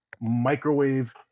microwave